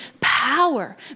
power